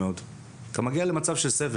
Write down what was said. אז נותנים להם סדרנות,